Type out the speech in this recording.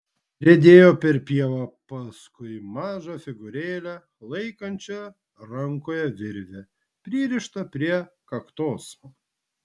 riedėjo per pievą paskui mažą figūrėlę laikančią rankoje virvę pririštą prie kaktos